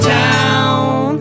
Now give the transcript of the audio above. town